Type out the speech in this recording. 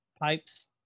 pipes